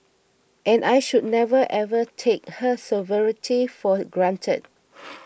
and I should never ever take her sovereignty for granted